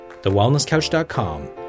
TheWellnessCouch.com